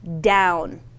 down